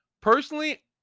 Personally